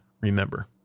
Remember